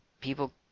people